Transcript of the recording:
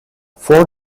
four